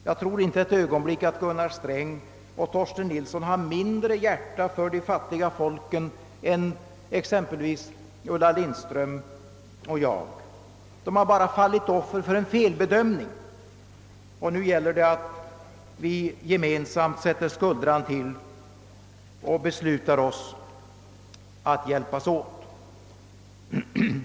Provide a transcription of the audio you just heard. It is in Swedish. Jag tror inte ett ögonblick att Gunnar Sträng och Torsten Nilsson ömmar mindre för de fattiga folken än exempelvis Ulla Lindström och jag; de har bara fallit offer för en felbedömning. Nu gäller det att vi gemensamt sätter skuldran till och beslutar oss att hjälpas åt.